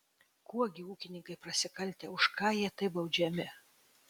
kuo gi ūkininkai prasikaltę už ką jie taip baudžiami